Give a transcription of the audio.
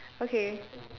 okay